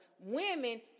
women